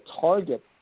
target